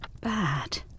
bad